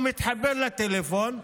הוא מתחבר גם לטלפון.